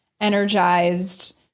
energized